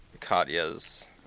Katya's